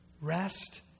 rest